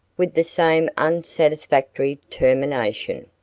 with the same unsatisfactory termination.